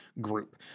group